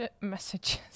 Messages